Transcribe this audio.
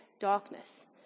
darkness